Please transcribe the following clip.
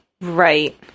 Right